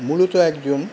মূলত একজন